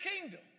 kingdom